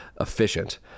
efficient